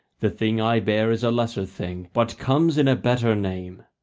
the thing i bear is a lesser thing, but comes in a better name.